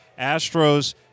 Astros